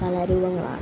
കലാരൂപങ്ങളാണ്